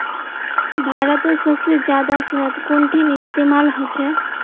भारतत सबसे जादा शहद कुंठिन इस्तेमाल ह छे